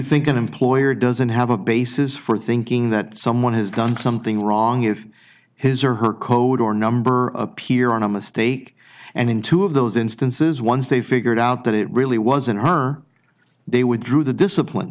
think an employer doesn't have a basis for thinking that someone has done something wrong if his or her code or number up here on a mistake and in two of those instances once they figured out that it really wasn't her they withdrew the discipline